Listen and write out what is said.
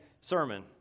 sermon